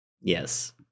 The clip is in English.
Yes